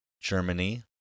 Germany